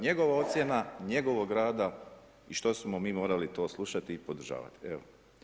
Njegova ocjena njegovog rada i što smo mi morali to slušati i podržavati, evo.